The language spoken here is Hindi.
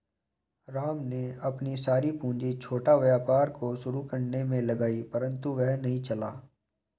राम ने अपनी सारी पूंजी छोटा व्यापार को शुरू करने मे लगाई परन्तु वह नहीं चला